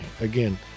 Again